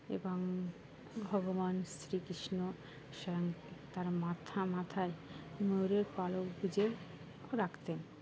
এবং ভগবান শ্রীকৃষ্ণ স্বয়ং তার মাথা মাথায় ময়ূরের পালক গুঁজে রাখতেন